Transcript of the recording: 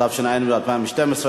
התשע"ב 2012,